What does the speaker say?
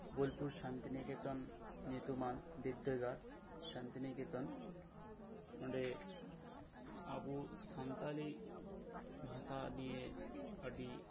ᱵᱳᱞᱯᱩᱨ ᱥᱟᱱᱛᱤᱱᱤᱠᱮᱛᱚᱱ ᱧᱩᱛᱩᱢᱟᱱ ᱵᱤᱫᱽᱫᱟᱹᱜᱟᱲ ᱥᱟᱱᱛᱤᱱᱤᱠᱮᱛᱚᱱ ᱚᱸᱰᱮ ᱟᱵᱚ ᱥᱟᱱᱛᱟᱞᱤ ᱵᱷᱟᱥᱟ ᱱᱤᱭᱮ ᱟᱹᱰᱤ